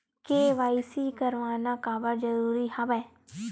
KYC करवाना काबर जरूरी हवय?